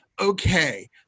okay